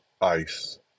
ice